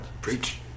Preach